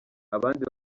abandi